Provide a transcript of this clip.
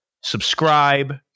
subscribe